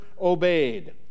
obeyed